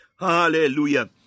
hallelujah